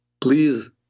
Please